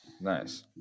Nice